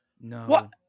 No